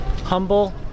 humble